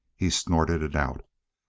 he snorted it out.